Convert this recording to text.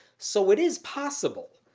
so it is possible!